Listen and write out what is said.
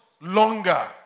longer